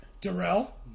Darrell